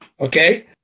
Okay